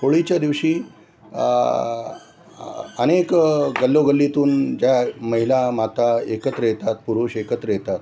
होळीच्या दिवशी अनेक गल्लोगल्लीतून ज्या महिला माता एकत्र येतात पुरुष एकत्र येतात